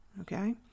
Okay